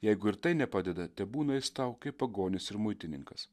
jeigu ir tai nepadeda tebūna jis tau kaip pagonis ir muitininkas